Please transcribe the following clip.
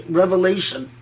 revelation